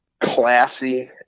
classy